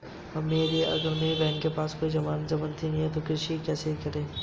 अगर मेरी बहन के पास कोई जमानत या जमानती नहीं है तो उसे कृषि ऋण कैसे मिल सकता है?